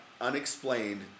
unexplained